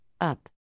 up